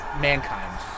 Mankind